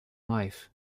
life